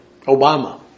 Obama